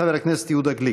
חבר הכנסת יהודה גליק.